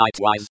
Nightwise